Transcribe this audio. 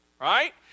right